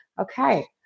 okay